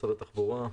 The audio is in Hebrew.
משרד התחבורה.